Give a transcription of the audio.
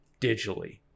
digitally